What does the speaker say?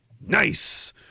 Nice